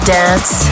dance